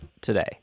today